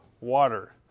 water